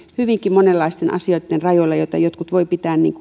hyvinkin monenlaisten asioitten rajoilla joita jotkut voivat pitää